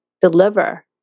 deliver